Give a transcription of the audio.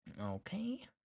Okay